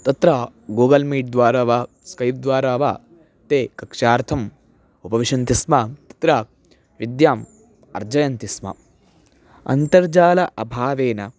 तत्र गूगल् मीट्द्वारा वा स्कैप्द्वारा वा ते कक्षार्थम् उपविशन्ति स्म तत्र विद्याम् अर्जयन्ति स्म अन्तर्जालस्य अभावेन